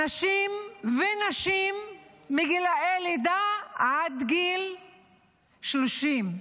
אנשים ונשים מגיל לידה עד גיל 30,